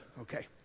Okay